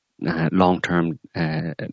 long-term